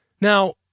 Now